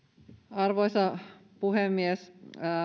arvoisa puhemies